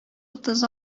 утыз